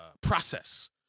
process